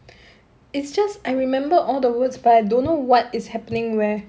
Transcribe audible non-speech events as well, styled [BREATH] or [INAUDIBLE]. [BREATH] it's just I remember all the words but I don't know what is happening where